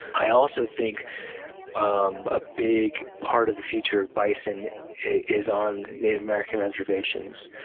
i also think um a big part of the future of bison is on native american reservations.